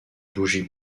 bougies